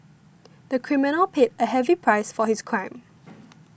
the criminal paid a heavy price for his crime